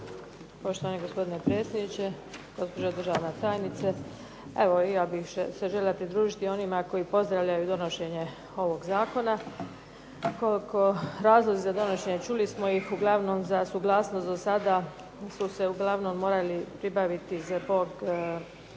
Poštovani gospodine potpredsjedniče, gospođo državna tajnice. Evo, i ja bih se željela pridružiti onima koji pozdravljaju donošenje ovog zakona. Razlozi za donošenje, čuli smo ih, uglavnom za suglasnost do sada su se uglavnom morali pribaviti zbog poreznih